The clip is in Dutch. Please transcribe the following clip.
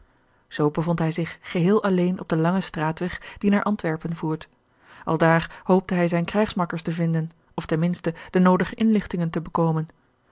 zoo bevond hij zich geheel alleen op den langen straatweg die naar antwerpen voert aldaar hoopte hij zijne krijgsmakkers te vinden of ten minste de noodige inlichtingen te bekomen